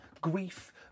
grief